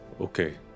Okay